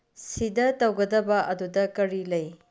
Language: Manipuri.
ꯁꯤꯗ ꯇꯧꯒꯗꯕ ꯑꯗꯨꯗ ꯀꯔꯤ ꯂꯩ